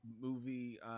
movie